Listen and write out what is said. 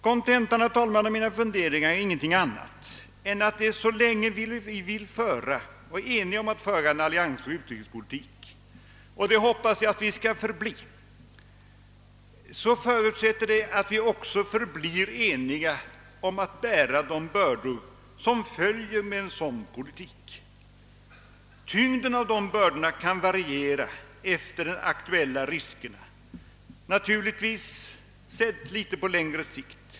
Kontentan, herr talman, av mina funderingar är ingenting annat än att så länge vi är eniga om att föra en alliansfri utrikespolitik — och det hoppas jag att vi skall förbli — förutsetts det att vi också förblir eniga om att bära de bördor som följer med en sådan politik. Tyngden av de bördorna kan variera efter de aktuelia riskerna — naturligtvis sett på litet längre sikt.